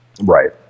Right